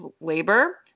labor